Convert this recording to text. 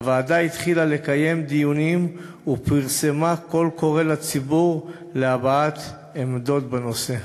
הוועדה התחילה לקיים דיונים ופרסמה קול קורא לציבור להבעת עמדות בנושא.